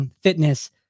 fitness